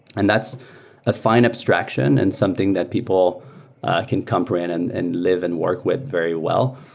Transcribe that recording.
and that's a fine abstraction and something that people can comprehend and and live and work with very well.